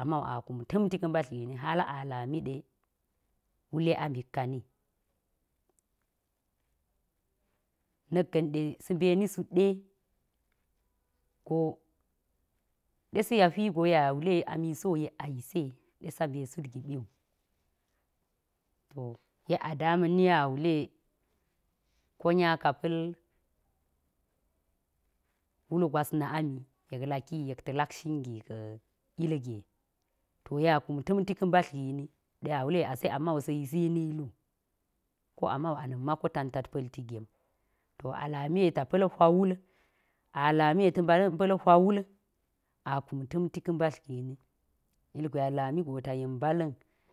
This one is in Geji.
amma wu a kum ta̱mti ka̱ mbadl gin hal a lami ɗe wule amik kani. Na̱k ga̱n ɗe sa̱ mbeni sut ɗe, se sa̱ya hwi go yek a wule a misi wo yek a yisi ye? Ɗe sa mbe sut giɓi wu, yek a daama̱nni yek wule ko nya ka̱ pa̱l wul gwas na̱ ami yek laki yek ta̱ lak shin gi ka̱ ilge, to yek a kum ta̱m ta̱mti ka̱ mbadl gini, ɗa̱ wule ase a ma wu sa̱ yisini lu ko am wu a na̱mma kotantat pa̱lti gem. A lami ta pa̱l hwa wul a lami ta̱ mbala̱n pa̱l hwa wul a kum ta̱mti ka̱ mbadl gini. Ilgwe a lami go ta yen mbala̱n.